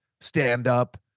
stand-up